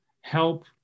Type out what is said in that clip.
help